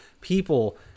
people